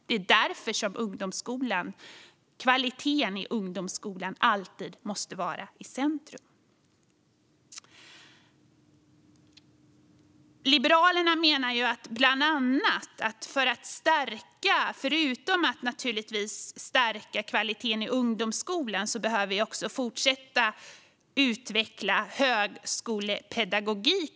Det är därför kvaliteten i ungdomsskolan alltid måste vara i centrum. Liberalerna menar bland annat att vi, förutom att stärka kvaliteten i ungdomsskolan, behöver fortsätta att utveckla högskolepedagogiken.